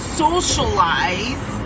socialize